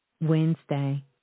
Wednesday